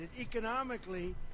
economically